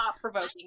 provoking